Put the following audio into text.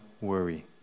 worry